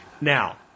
Now